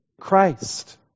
Christ